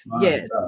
yes